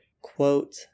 Quote